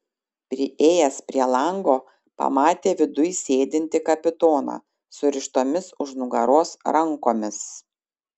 priėjęs prie lango pamatė viduj sėdintį kapitoną surištomis už nugaros rankomis